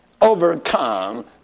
overcome